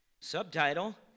subtitle